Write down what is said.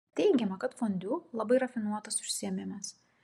teigiama kad fondiu labai rafinuotas užsiėmimas